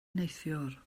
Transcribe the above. neithiwr